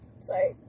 Sorry